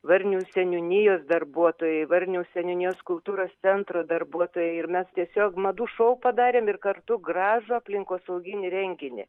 varnių seniūnijos darbuotojai varnių seniūnijos kultūros centro darbuotojai ir mes tiesiog madų šou padarėm ir kartu gražų aplinkosauginį renginį